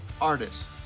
artists